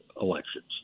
elections